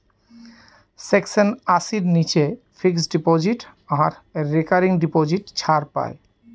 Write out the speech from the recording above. section আশির নীচে fixed deposit আর রেকারিং ডিপোজিট ছাড় পাই